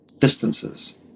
distances